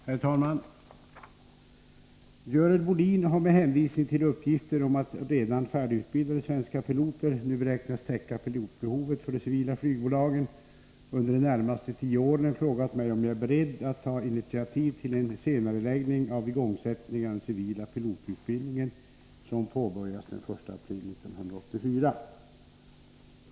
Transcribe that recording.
Herr talman! Görel Bohlin har, med hänvisning till uppgifter om att redan färdigutbildade svenska piloter nu beräknas täcka pilotbehovet för de civila flygbolagen under de närmaste tio åren, frågat mig om jag är beredd att ta initiativ till en senareläggning av igångsättningen av den civila pilotutbildning som påbörjas den 1 april 1984.